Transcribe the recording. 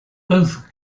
both